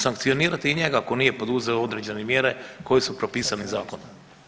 Sankcionirati i njega ako nije poduzeo određene mjere koje su propisane zakonom.